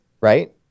right